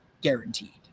guaranteed